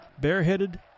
bareheaded